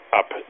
up